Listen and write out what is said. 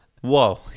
Whoa